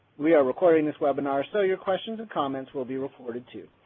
we are recording this webinar so your questions and comments will be recorded too.